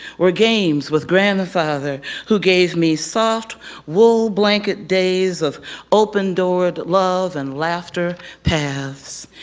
were games with grandfather who gave me soft wool blanket days of open doored love and laughter paths.